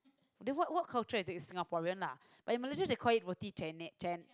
then what what culture I think is Singaporean lah like in Malaysia they call it roti chennei chen~